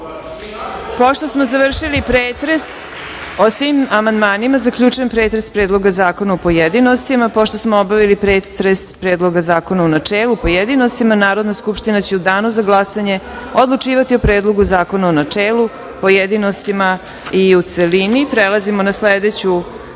Pošto smo završili pretres o svim amandmanima, zaključujem pretres Predloga zakona u pojedinostima. Pošto smo obavili pretres Predloga zakona u načelu i u pojedinostima, Narodna skupština će u danu za glasanje odlučivati o Predlogu zakona u načelu, pojedinostima i u celini. Prelazimo na sledeću